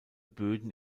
böden